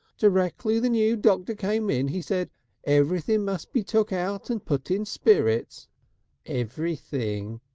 directly the new doctor came in he said everything must be took out and put in spirits everything